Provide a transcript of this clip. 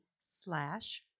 slash